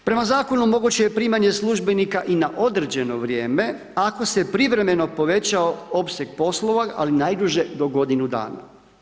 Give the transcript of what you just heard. Prema Zakonu o mogućem primanje službenika i na određeno vrijeme ako se privremeno povećao opseg poslova, ali najduže do godinu dana.